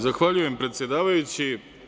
Zahvaljujem predsedavajući.